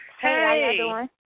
Hey